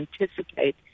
anticipate